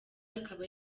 akaba